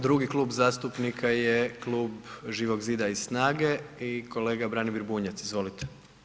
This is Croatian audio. Drugi klub zastupnika je Klub Živog zida i SNAGE i kolega Branimir Bunjac, izvolite.